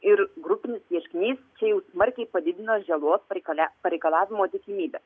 ir grupinis ieškinys čia jau smarkiai padidina žalos pareikalia pareikalavimo tikimybę